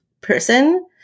person